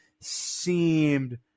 seemed